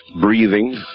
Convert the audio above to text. breathing